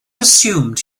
assumed